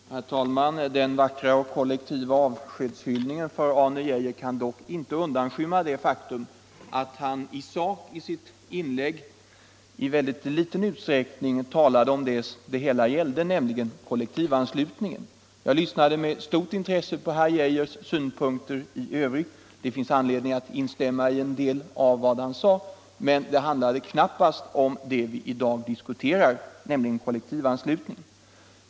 Herr talman! Den vackra och kollektiva avskedshyllningen för Arne Geijer kan inte undanskymma det faktum att han i sitt inlägg i ringa utsträckning talade om den sakfråga debatten gäller, nämligen kollektivanslutningen. Jag lyssnade dock med stort intresse på herr Geijers synpunkter i övrigt. Det finns anledning att instämma i en del av vad han sade. Men det handlade knappast om det vi i dag diskuterar.